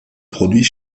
produits